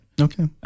Okay